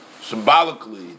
symbolically